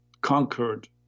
conquered